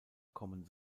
kommen